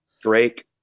Drake